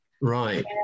Right